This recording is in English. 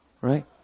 right